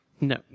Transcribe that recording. no